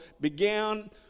began